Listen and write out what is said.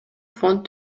фонд